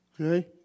Okay